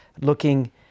looking